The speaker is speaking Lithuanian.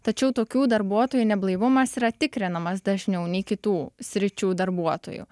tačiau tokių darbuotojų neblaivumas yra tikrinamas dažniau nei kitų sričių darbuotojų